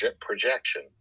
projection